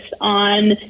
on